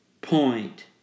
point